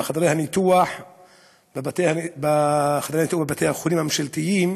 בחדרי הניתוח בבתי-החולים הממשלתיים